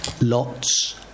Lot's